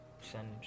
send